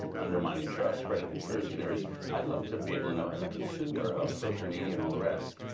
undermining trust, spreading conspiracy theories. i'd love to be able to know, as a consumer of social media and all the rest,